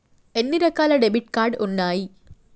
ఎన్ని రకాల debit card ఉన్నాయి?